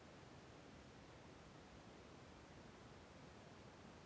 ನಾವು ಮೊಬೈಲಿನ್ಯಾಗ ನಿಮ್ಮ ಬ್ಯಾಂಕಿನ ಅರ್ಜಿ ಹಾಕೊಬಹುದಾ?